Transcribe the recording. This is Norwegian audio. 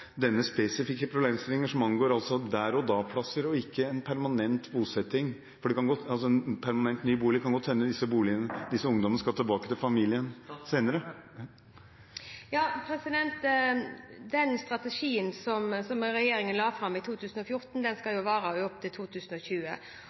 denne spesifikke problemstillingen, som altså angår «der-og-da-plasser» og ikke permanent ny bolig, for det kan godt hende at disse ungdommene skal tilbake til familien senere? Den strategien som regjeringen la fram i 2014, skal vare fram til 2020. Nå har den vart i litt for kort tid til